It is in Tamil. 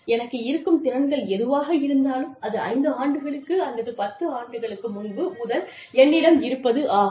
எனக்கு இருக்கும் திறன்கள் எதுவாக இருந்தாலும் அது 5 ஆண்டுகளுக்கு அல்லது 10 ஆண்டுகளுக்கு முன்பு முதல் என்னிடம் இருப்பது ஆகும்